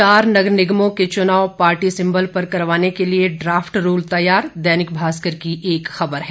चार नगर निगमों के चुनाव पार्टी सिंबल पर करवाने के लिए ड्राफट रूल तैयार दैनिक भास्कर की एक खबर है